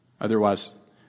Otherwise